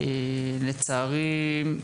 לצערי,